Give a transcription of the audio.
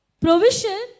provision